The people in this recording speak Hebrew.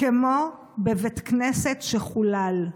כמו בבית כנסת שחולל.